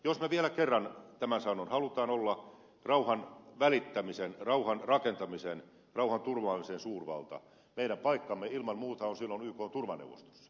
minä vielä kerran tämän sanon että jos halutaan olla rauhan välittämisen rauhanrakentamisen ja rauhanturvaamisen suurvalta meidän paikkamme on ilman muuta silloin ykn turvaneuvostossa